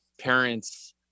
parents